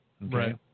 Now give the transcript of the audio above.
Right